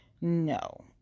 No